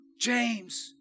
James